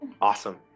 Awesome